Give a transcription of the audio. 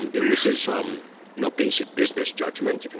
and this is um you know basic business judgment. and